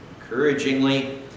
encouragingly